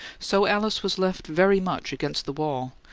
so alice was left very much against the wall,